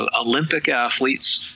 ah olympic athletes,